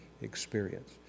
experience